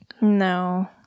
No